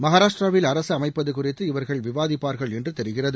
மகாராஷ்டிராவில் அரசு அமைப்பது குறித்து இவர்கள் விவாதிப்பார்கள் என்று தெரிகிறது